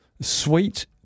Sweet